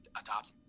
adopt